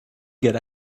get